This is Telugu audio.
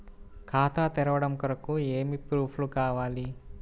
ఖాతా తెరవడం కొరకు ఏమి ప్రూఫ్లు కావాలి?